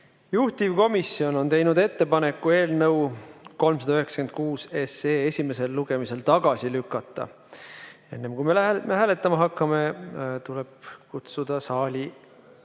Juhtivkomisjon on teinud ettepaneku eelnõu 396 esimesel lugemisel tagasi lükata. Enne kui me hääletama hakkame, tuleb kutsuda saali ...